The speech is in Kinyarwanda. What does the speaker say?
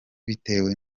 bitewe